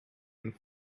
and